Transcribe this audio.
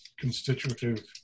constitutive